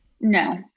No